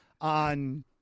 on